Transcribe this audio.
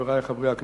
חברי חברי הכנסת,